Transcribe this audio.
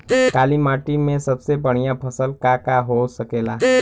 काली माटी में सबसे बढ़िया फसल का का हो सकेला?